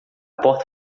porta